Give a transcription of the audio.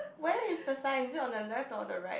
where is the sign is it on the Left or on the Right